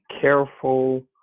careful